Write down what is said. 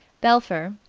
belpher,